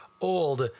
old